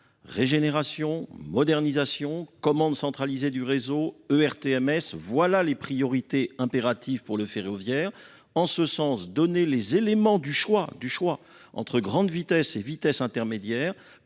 régénération, modernisation, commande centralisées du réseaux Tvo, les priorités impératives pour le ferroviaire, en ce sens, donner les éléments du choix du choix entre grande vitesse et vitesse intermédiaire,